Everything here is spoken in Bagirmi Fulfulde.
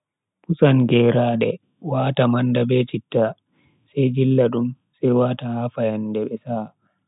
Pusan geraade, wata manda be citta sai jilla dum sai wata ha fayande be sa'a.